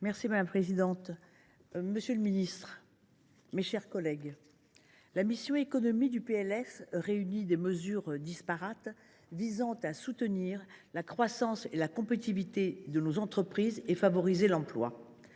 Madame la présidente, monsieur le ministre, mes chers collègues, la mission « Économie » réunit des mesures disparates visant à soutenir la croissance et la compétitivité de nos entreprises et à favoriser l’emploi.